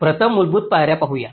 प्रथम मूलभूत पायऱ्या पाहूया